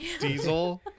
diesel